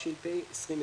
התש"ף ‏2020.";"